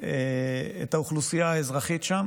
את האוכלוסייה האזרחית שם